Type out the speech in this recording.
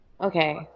Okay